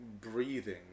breathing